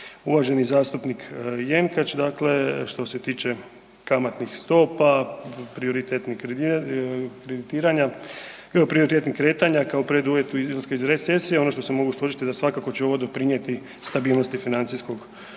Uvaženi zastupnik Jenkač, dakle, što se tiče kamatnih stopa, prioritetni kreditiranja, prioritetnih kretanja kao preduvjet izlaska iz recesije ono što se mogu složiti da svakako će ovo doprinijeti stabilnosti financijskog sustava.